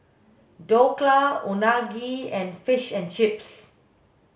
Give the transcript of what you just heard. Dhokla Unagi and Fish and Chips